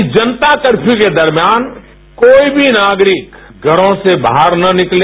इस जनता कर्फयू के दर्मियान कोई भी नागरिक घरों से बाहर ना निकले